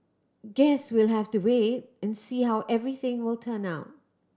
guess we'll have to wait and see how everything will turn out